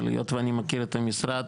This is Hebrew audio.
אבל היות ואני מכיר את המשרד,